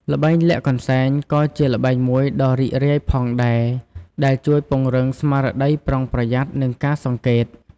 ល្បែងលាក់កន្សែងក៏ជាល្បែងមួយដ៏រីករាយផងដែរ ដែលជួយពង្រឹងស្មារតីប្រុងប្រយ័ត្ន និងការសង្កេត។